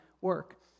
work